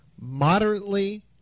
Moderately